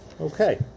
Okay